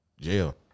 jail